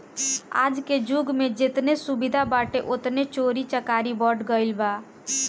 आजके जुग में जेतने सुविधा बाटे ओतने चोरी चकारी बढ़ गईल बा